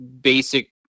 basic